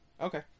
Okay